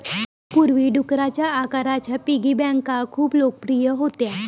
पूर्वी, डुकराच्या आकाराच्या पिगी बँका खूप लोकप्रिय होत्या